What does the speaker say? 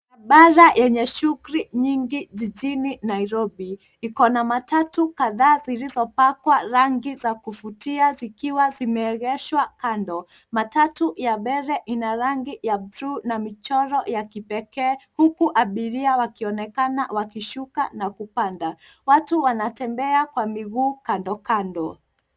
Barabara yenye shughuli nyingi jijini Nairobi. Iko na matatu kadhaa vilivyopakwa rangi za kuvutia vikiwa vimeegeshwa kando. Matatu ya mbele ina rangi ya blue na michoro ya kipekee huku abiria wakionekana wakishuka na kupanda. Watu wanatembea kwa miguu kando kando.